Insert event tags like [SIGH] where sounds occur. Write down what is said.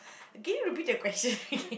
can you repeat the question [LAUGHS]